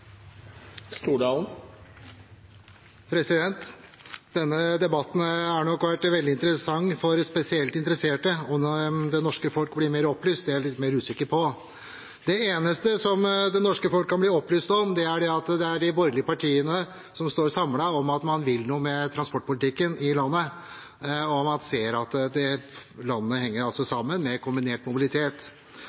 evig tid. Denne debatten har nok vært veldig interessant for spesielt interesserte. Om det norske folk blir mer opplyst, er jeg mer usikker på. Det eneste som det norske folk kan bli opplyst om, er at det er de borgerlige partiene som står samlet om at man vil noe med transportpolitikken i landet, og man ser at landet henger sammen gjennom kombinert mobilitet.